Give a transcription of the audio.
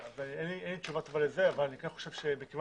אין לי תשובה טובה לזה אבל אני כן חושב שמכיוון